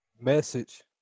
Message